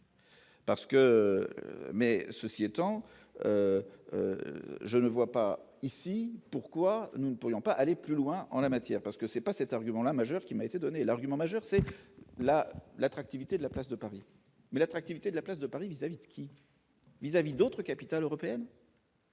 mais ceci étant, je ne vois pas ici, pourquoi nous ne pourrions pas aller plus loin en la matière parce que c'est pas cet argument-là majeur qui m'a été donné l'argument majeur, c'est la l'attractivité de la place de Paris, mais l'attractivité de la place de Paris vis-à-vis de qui. Vis-à-vis d'autres capitales européennes.